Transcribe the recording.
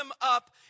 up